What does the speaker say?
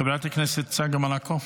חברת הכנסת צגה מלקו,